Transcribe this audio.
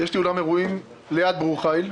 יש לי אולם אירועים ליד ברור חיל.